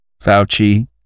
Fauci